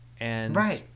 Right